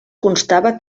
constava